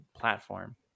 platform